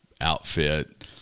outfit